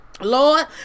Lord